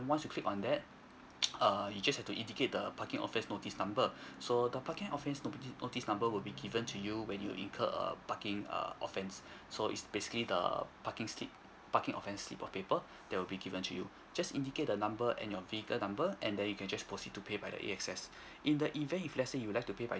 once you click on that err you just have to indicate the parking offence notice number so the parking offence notice notice number will be given to you when you incur a parking err offence so it's basically the parking slip parking offence slip of paper that would be given to you just indicate the number and your vehicle number and then you can just proceed to pay by the A_X_S in the event if let's say you would like to pay by